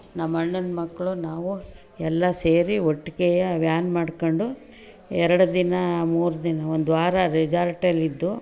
ನಮ್ಮಣ್ಣನ ಮಕ್ಕಳು ನಾವು ಎಲ್ಲ ಸೇರಿ ಒಟ್ಗೆ ವ್ಯಾನ್ ಮಾಡ್ಕೊಂಡು ಎರಡು ದಿನ ಮೂರು ದಿನ ಒಂದು ವಾರ ರೆಜಾರ್ಟಲ್ಲಿದ್ದು